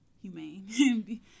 humane